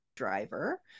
driver